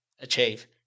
achieve